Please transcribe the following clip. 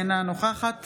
אינה נוכחת